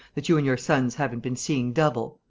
that you and your sons haven't been seeing double?